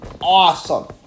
awesome